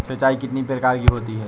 सिंचाई कितनी प्रकार की होती हैं?